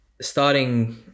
starting